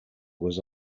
was